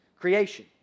creation